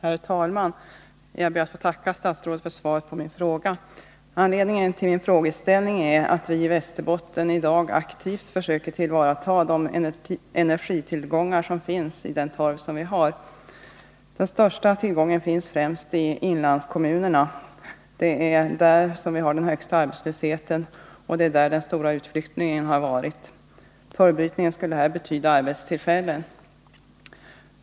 Herr talman! Jag ber att få tacka statsrådet för svaret på min fråga. Anledningen till min frågeställning är att vi i Västerbotten aktivt försöker tillvarata energitillgångarna i den torv vi har. Den största tillgången finns främst i inlandskommunerna. Det är där vi har den största arbetslösheten, och det är där den stora utflyttningen varit. Torvbrytningen skulle här betyda arbetstillfällen.